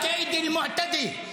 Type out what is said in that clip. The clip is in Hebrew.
(אומר בערבית: אללה אכבר --- שוכרן.)